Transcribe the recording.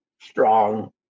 strong